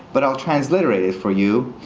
but i'll transliterate it for you.